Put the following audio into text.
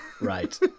Right